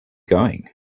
going